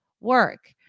work